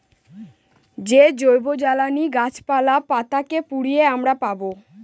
যে জৈবজ্বালানী গাছপালা, পাতা কে পুড়িয়ে আমরা পাবো